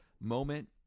moment